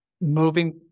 moving